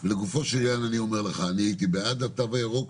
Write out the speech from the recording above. לגופו של עניין אני אומר לך: אני הייתי בעד התו הירוק,